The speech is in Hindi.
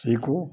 सीखो